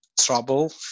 trouble